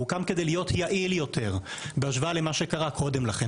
הוא הוקם כדי להיות יעיל יותר בהשוואה למה שקרה קודם לכן.